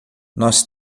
nós